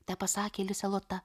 tepasakė lisė lota